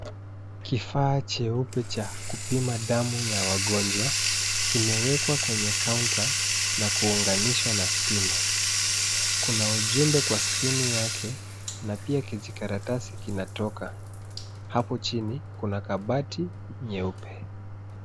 Kifaa cheupe cha kupima damu ya wagonjwa kimewekwa kwenye kaunta na kuuganishwa na stima. Kuna ujumbe kwa skrini yake na pia kijikaratasi kinatoka. Hapo chini kuna kabati nyeupe.